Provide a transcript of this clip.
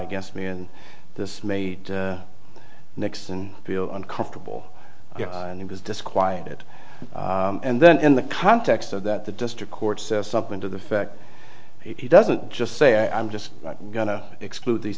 against me and this made nixon feel uncomfortable and he was disquieted and then in the context of that the district court said something to the fact he doesn't just say i'm just going to exclude these